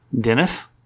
Dennis